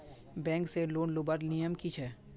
Bank से loan लुबार नियम की छे?